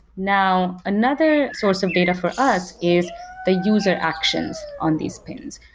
now, another source of data for us is the user actions on these pins.